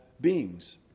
beings